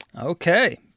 Okay